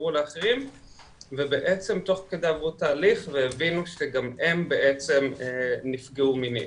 שקראו להחרים ובעצם תוך כדי עברו תהליך והבינו שגם הם בעצם נפגעו מינית,